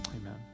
Amen